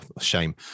shame